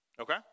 Okay